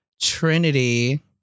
Trinity